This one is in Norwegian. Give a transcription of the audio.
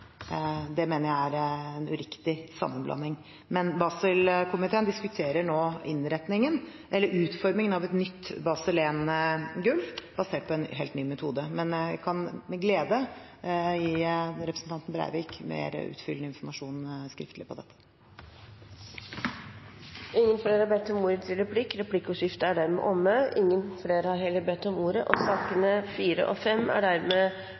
Det mener jeg er en uriktig sammenblanding. Basel-komiteen diskuterer nå utformingen av et nytt Basel I-gulv, basert på en helt ny metode. Jeg kan med glede gi representanten Breivik mer utfyllende informasjon om dette skriftlig. Dermed er replikkordskiftet omme. Flere har ikke bedt om ordet til sakene nr. 4 og 5. Etter ønske fra finanskomiteen vil presidenten foreslå at taletiden blir begrenset til 5 minutter til hver partigruppe og